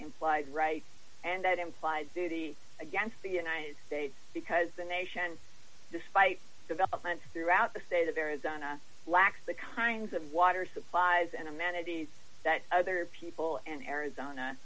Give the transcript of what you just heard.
implied right and that implies a duty against the united states because the nation despite developments throughout the state of arizona lacks the kinds of water supplies and amenities that other people and arizona